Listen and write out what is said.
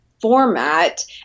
format